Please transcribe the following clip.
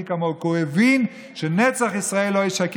כמהו" כי הוא הבין שנצח ישראל לא ישקר.